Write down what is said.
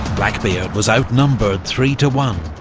blackbeard was outnumbered three to one,